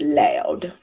loud